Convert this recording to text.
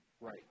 right